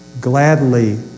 gladly